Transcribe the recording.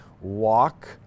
walk